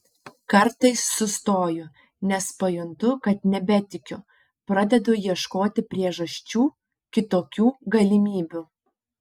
kartais sustoju nes pajuntu kad nebetikiu pradedu ieškoti priežasčių kitokių galimybių